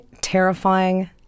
terrifying